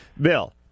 Bill